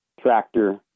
tractor